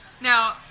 Now